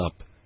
up